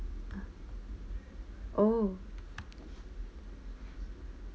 uh oh